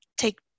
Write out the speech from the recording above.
take